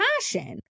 passion